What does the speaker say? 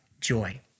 joy